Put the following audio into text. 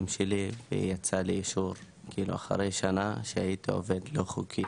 שלי ויצא לי אישור כאילו אחרי שנה שהייתי עובד לא חוקי